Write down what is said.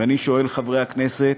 ואני שואל, חברי הכנסת: